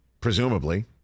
presumably